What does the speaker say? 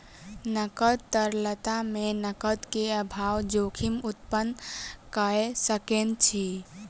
नकद तरलता मे नकद के अभाव जोखिम उत्पन्न कय सकैत अछि